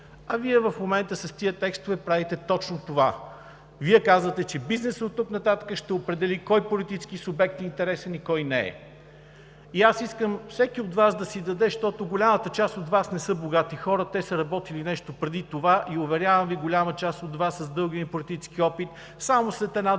– в момента с тези текстове Вие правите точно това, казвате, че бизнесът оттук нататък ще определя кой политически субект е интересен и кой не е. Аз искам всеки от Вас да си даде сметка, защото голямата част от Вас не са богати хора – те са работили нещо преди това, и, уверявам Ви, голяма част от Вас, от дългия ми политически опит, само след една-две